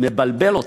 מבלבל אותך.